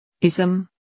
Ism